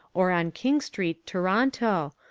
or on king street, toronto,